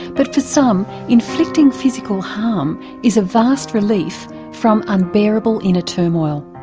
but for some, inflicting physical harm is a vast relief from unbearable inner turmoil.